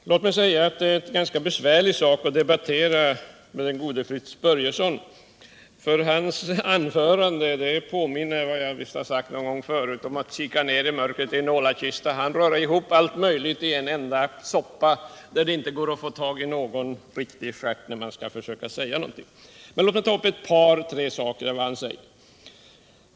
Herr talman! Låt mig säga att det är en ganska besvärlig sak att debattera med den gode Fritz Börjesson. Hans anföranden påminner om, såsom jag visst sagt någon gång tidigare, att kika ned i mörkret i en ålakista. Han rör ihop allt möjligt till en enda soppa, och det går inte att få tag i någon riktig ålstjärt när man skall bemöta honom. Låt mig ändå ta upp ett par tre saker som han sagt.